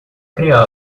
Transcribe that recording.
criá